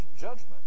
judgment